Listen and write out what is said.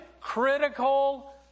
critical